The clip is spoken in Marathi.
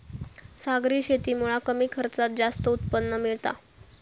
सागरी शेतीमुळा कमी खर्चात जास्त उत्पन्न मिळता